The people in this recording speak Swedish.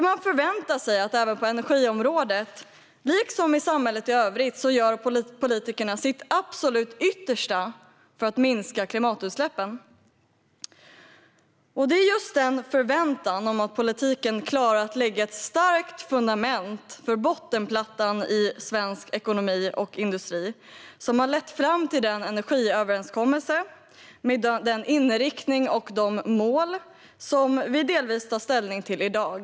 De förväntar sig att även på energiområdet, liksom i samhället i övrigt, gör politikerna sitt absolut yttersta för att minska klimatutsläppen. Det är denna förväntan om att politiken klarar att lägga ett starkt fundament för bottenplattan i svensk ekonomi och industri som har lett fram till den energiöverenskommelse med den inriktning och de mål som vi delvis tar ställning till i dag.